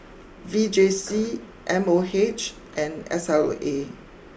V J C M O H and S L A